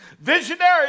Visionary